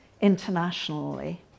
internationally